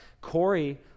Corey